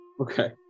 Okay